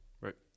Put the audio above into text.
Right